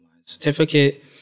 certificate